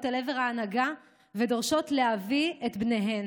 אל עבר ההנהגה ודורשות להביא את בניהן,